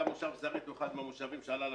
גם מושב זרעית הוא אחד מהמושבים שעלה לכותרות,